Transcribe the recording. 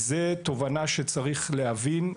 זו תובנה שצריך להבין,